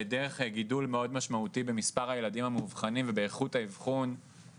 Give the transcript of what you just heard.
דרך גידול מאוד משמעותי במספר הילדים המאובחנים ובאיכות האבחון,